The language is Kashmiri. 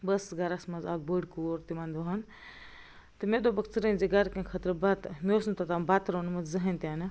بہٕ أسٕس گھرس منٛز اَکھ بٔڑ کوٗر تِمن دۄہن تہٕ مےٚ دوٚپُکھ ژٕ رٔنہِ زِ گھرِکیٚن خٲطرٕ بتہٕ مےٚ اوس نہٕ توٚتام بتہٕ روٚنمُت زہٲنۍ تہِ نہٕ